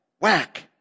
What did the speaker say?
Whack